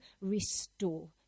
restore